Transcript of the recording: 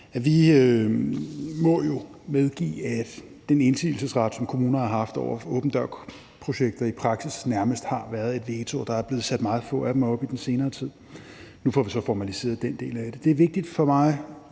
vi jo må medgive, at den indsigelsesret, som kommuner har haft, over for åben dør-projekter i praksis nærmest har været en vetoret, og at der er blevet sat meget få af dem op i den senere tid. Nu får vi så formaliseret den del af det. Det er vigtigt for mig